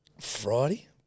Friday